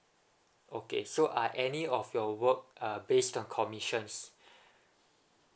okay so are any of your work uh based on commissions